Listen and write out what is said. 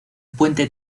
puente